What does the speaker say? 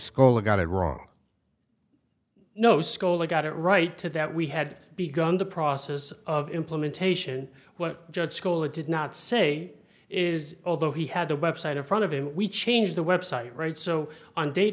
scola got it wrong no scola got it right to that we had begun the process of implementation what judge school or did not say is although he had the website in front of him we changed the website right so on date